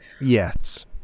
yes